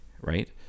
Right